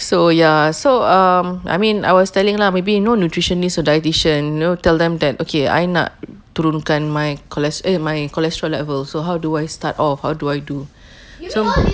so ya so um I mean I was telling lah maybe you know nutritionist or dietitian you know tell them that okay I nak turunkan my choles~ eh my cholesterol level so how do I start off how do I do so